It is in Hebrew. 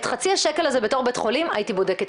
את חצי השקל הזה בתור בית חולים הייתי בודקת,